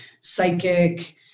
psychic